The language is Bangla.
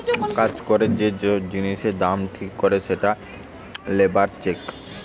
কাজ করে যে জিনিসের দাম ঠিক করে সেটা লেবার চেক